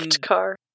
car